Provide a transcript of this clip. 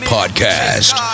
Podcast